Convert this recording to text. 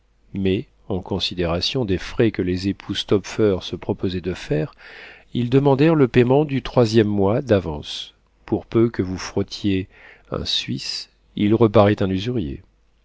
mais en considération des frais que les époux stopfer se proposaient de faire ils demandèrent le paiement du troisième mois d'avance pour peu que vous frottiez un suisse il reparaît un usurier